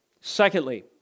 Secondly